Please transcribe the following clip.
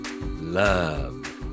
love